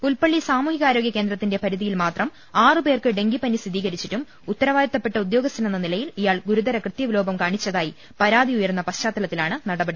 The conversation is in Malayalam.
പുൽപ്പള്ളി സാമൂഹികാരോഗ്യ കേന്ദ്രത്തിന്റെ പരിധിയിൽ മാത്രം ആറ് പേർക്ക് ഡെങ്കിപ്പനി സ്ഥീരീകരിച്ചിട്ടും ഉത്തരവാദിത്തപ്പെട്ട ഉദ്യോഗസ്ഥനെന്ന നിലയിൽ ഇയാൾ ഗുരുതര കൃത്യവിലോപം കാണിച്ചതായി പരാതിയുയർന്ന പശ്ചാത്തലത്തിലാണ് നടപടി